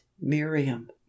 miriam